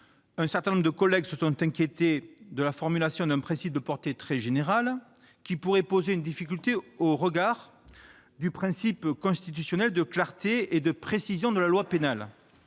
un certain nombre de nos collègues se sont inquiétés de la formulation d'un principe de portée très générale, qui pourrait poser une difficulté au regard du principe constitutionnel de clarté et de précision de la loi pénale.